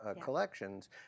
collections